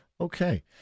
Okay